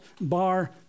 Bar